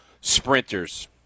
sprinters